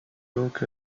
donc